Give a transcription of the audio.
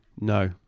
no